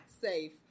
safe